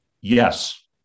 yes